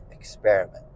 experiment